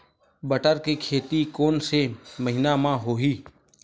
बटर के खेती कोन से महिना म होही?